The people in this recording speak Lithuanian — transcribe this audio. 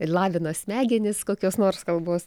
ir lavina smegenis kokios nors kalbos